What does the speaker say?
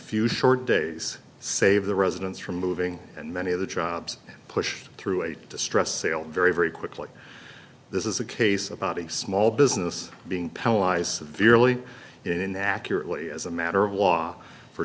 few short days save the residents from moving and many of the jobs pushed through a distressed sale very very quickly this is a case about a small business being paralyzed severely in that purely as a matter of law for